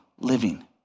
living